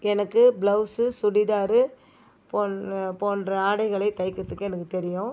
எனக்கு பிளௌஸு சுடிதாரு போன் போன்ற ஆடைகளைத் தைக்கறத்துக்கு எனக்கு தெரியும்